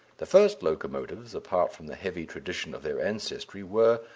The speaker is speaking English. the first locomotives, apart from the heavy tradition of their ancestry, were,